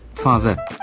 Father